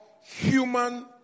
human